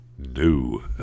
New